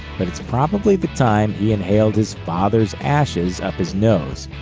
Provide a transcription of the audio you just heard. but it's probably the time he inhaled his father's ashes up his nose.